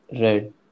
Right